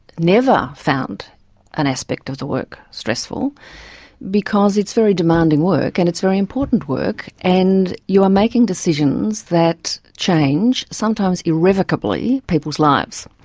never found an aspect of the work stressful because it's very demanding work and it's very important work, and you are making decisions that change, sometimes irrevocably, people's lives,